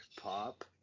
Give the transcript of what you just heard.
pop